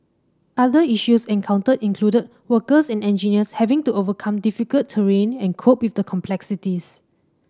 other issues encountered included workers and engineers having to overcome difficult terrain and cope with the complexities